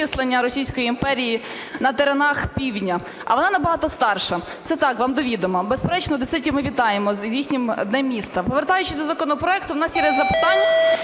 Російської імперії на теренах півдня, а вона набагато старша. Це так, вам до відома. Безперечно, одеситів ми вітаємо з їхнім Днем міста! Повертаючись до законопроекту, в нас є ряд запитань.